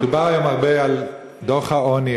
דובר היום הרבה על דוח העוני,